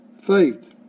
Faith